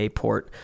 port